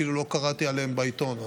אפילו לא קראתי עליהם בעיתון.